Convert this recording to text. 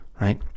right